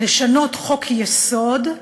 לשנות חוק-יסוד,